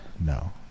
No